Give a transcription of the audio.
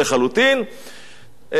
טען את טיעוניו,